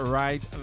right